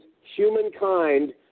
humankind